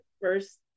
first